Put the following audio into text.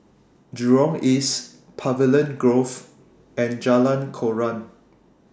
Jurong East Pavilion Grove and Jalan Koran